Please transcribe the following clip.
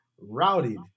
routed